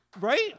right